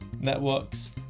networks